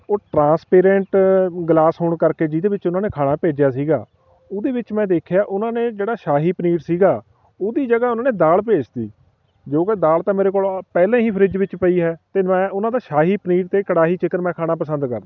ਉਹ transparent glass ਹੋਣ ਕਰਕੇ ਜਿਹਦੇ ਵਿੱਚ ਉਹਨਾਂ ਨੇ ਖਾਣਾ ਭੇਜਿਆ ਸੀਗਾ ਉਹਦੇ ਵਿੱਚ ਮੈਂ ਦੇਖਿਆ ਉਹਨਾਂ ਨੇ ਜਿਹੜਾ ਸ਼ਾਹੀ ਪਨੀਰ ਸੀਗਾ ਉਹਦੀ ਜਗ੍ਹਾ ਉਹਨਾਂ ਨੇ ਦਾਲ ਭੇਜ ਤੀ ਜੋ ਕਿ ਦਾਲ ਤਾਂ ਮੇਰੇ ਕੋਲ ਪਹਿਲਾਂ ਹੀ ਫ੍ਰਿੱਜ ਵਿੱਚ ਪਈ ਹੈ ਅਤੇ ਮੈਂ ਉਹਨਾਂ ਦਾ ਸ਼ਾਹੀ ਪਨੀਰ ਅਤੇ ਕੜਾਹੀ ਚਿਕਨ ਮੈਂ ਖਾਣਾ ਪਸੰਦ ਕਰਦਾ